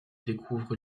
découvre